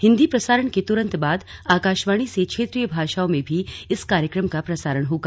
हिन्दी प्रसारण के तुरन्त बाद आकाशवाणी से क्षेत्रीय भाषाओं में भी इस कार्यक्रम का प्रसारण होगा